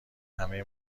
همه